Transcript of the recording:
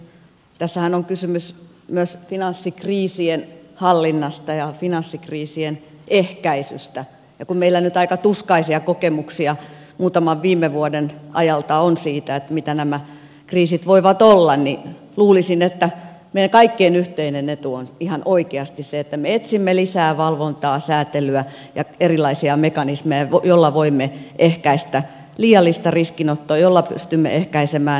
tässähän on kysymys myös finanssikriisien hallinnasta ja finanssikriisien ehkäisystä ja kun meillä nyt aika tuskaisia kokemuksia muutaman viime vuoden ajalta on siitä mitä nämä kriisit voivat olla niin luulisin että meidän kaikkien yhteinen etu on ihan oikeasti se että me etsimme lisää valvontaa säätelyä ja erilaisia mekanismeja joilla voimme ehkäistä liiallista riskinottoa joilla pystymme ehkäisemään finanssikriisiä